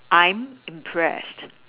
I'm impressed